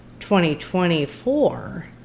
2024